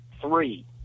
Three